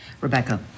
Rebecca